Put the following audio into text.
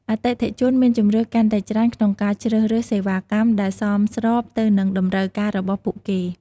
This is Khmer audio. អតិថិជនមានជម្រើសកាន់តែច្រើនក្នុងការជ្រើសរើសសេវាកម្មដែលសមស្របទៅនឹងតម្រូវការរបស់ពួកគេ។